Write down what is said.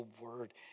word